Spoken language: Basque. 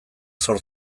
zor